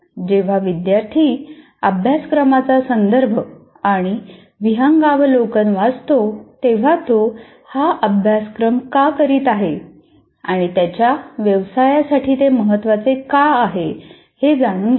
जेव्हा विद्यार्थी अभ्यासक्रमाचा संदर्भ आणि विहंगावलोकन वाचतो तेव्हा तो हा अभ्यासक्रम का करीत आहे आणि त्याच्या व्यवसायासाठी ते महत्त्वाचे का आहे हे तो जाणून घेतो